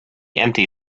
empty